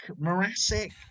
Morassic